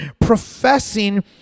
professing